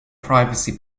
privacy